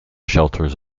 shelters